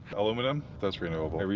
aluminum? that's renewable. i mean